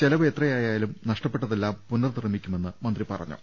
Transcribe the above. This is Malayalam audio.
ചെലവ് എത്രയായാലും നഷ്ടപ്പെട്ടതെല്ലാം പുനർനിർമ്മിക്കുമെന്ന് മന്ത്രി പറഞ്ഞു